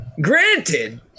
Granted